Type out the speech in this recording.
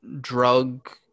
drug